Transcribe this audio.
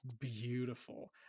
beautiful